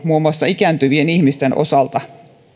muun muassa ikääntyvien ihmisten osalta että